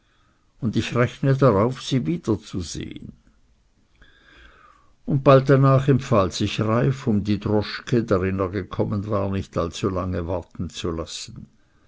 und ich rechne darauf sie wiederzusehen und bald danach empfahl sich reiff um die droschke darin er gekommen war nicht allzulange warten zu lassen